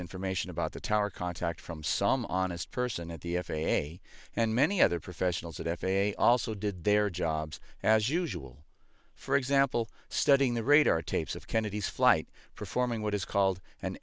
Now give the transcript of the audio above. information about the tower contact from some honest person at the f a a and many other professionals at f a a also did their jobs as usual for example studying the radar tapes of kennedy's flight performing what is called an